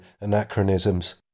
anachronisms